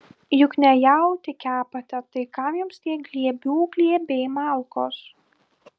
juk ne jautį kepate tai kam jums tie glėbių glėbiai malkos